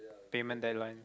payment deadlines